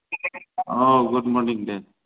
अ good morning दे